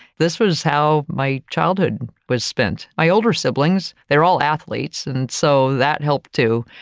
this was how my childhood was spent. my older siblings, they're all athletes, and so that helped too.